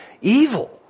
evil